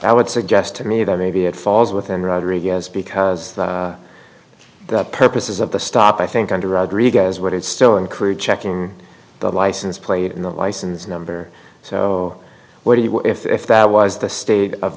that would suggest to me that maybe it falls within rodriguez because the purposes of the stop i think under rodriguez what it's still in korea checking the license plate and the license number so what do you what if that was the state of